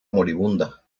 moribunda